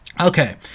Okay